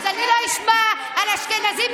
אז אני לא אשמע על אשכנזים,